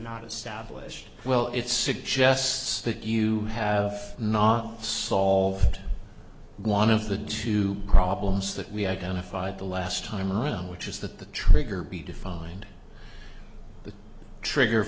not establish well it suggests that you have not solved one of the two problems that we identified the last time around which is that the trigger be defined the trigger